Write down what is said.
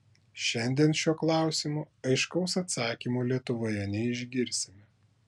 šiandien šiuo klausimu aiškaus atsakymo lietuvoje neišgirsime